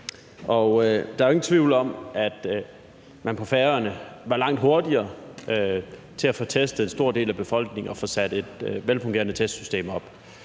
Der er ingen tvivl om, at man på Færøerne var langt hurtigere til at få testet en stor del af befolkningen og få sat et velfungerende testsystem op.